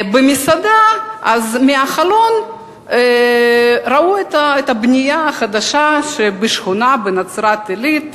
מהחלון במסעדה ראו את הבנייה החדשה בשכונה בנצרת-עילית,